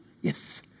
yes